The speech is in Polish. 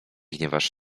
gniewasz